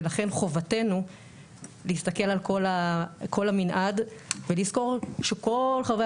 ולכן חובתינו להסתכל על כל המנעד ולזכור שכל חברי